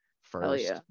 first